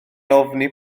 ofni